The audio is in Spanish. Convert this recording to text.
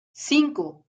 cinco